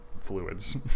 fluids